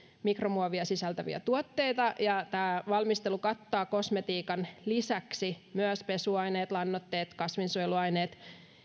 mikromuovia sisältäviä tuotteita ja tämä valmistelu kattaa kosmetiikan lisäksi myös pesuaineet lannoitteet kasvinsuojeluaineet